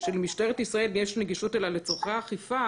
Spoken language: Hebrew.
שלמשטרת ישראל יש נגישות אליה לצרכי אכיפה"